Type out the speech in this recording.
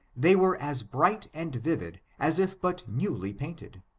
they were as bright and vivid as if but newly painted.